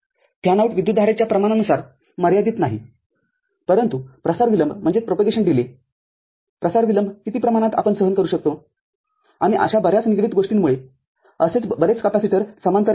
fanout विद्युतधारेच्या प्रमाणानुसार मर्यादित नाहीपरंतु प्रसार विलंब प्रसार विलंब किती प्रमाणात आपण सहन करू शकतो आणि अशा बऱ्याच निगडीत गोष्टींमुळे असे बरेच कपॅसिटरसमांतर येतील